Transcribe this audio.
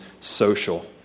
social